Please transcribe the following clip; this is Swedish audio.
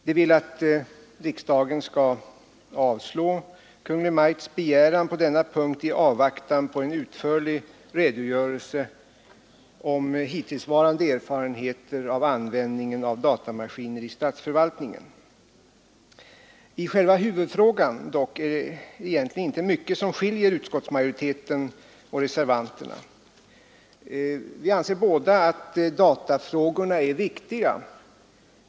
De vill att riksdagen skall avslå Kungl. Maj:ts begäran på denna punkt i avvaktan på en utförlig redogörelse om hittillsvarande erfarenheter av användningen av datamaskiner i statsförvaltningen. I själva huvudfrågan är det dock egentligen inte mycket som skiljer utskottsmajoriteten och reservanterna. Vi anser alla att datafrågorna är viktiga.